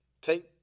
Take